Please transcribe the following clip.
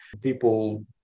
people